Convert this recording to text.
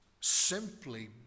simply